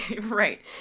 right